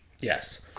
Yes